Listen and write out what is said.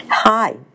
Hi